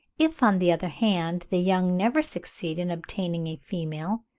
if, on the other hand, the young never succeeded in obtaining a female,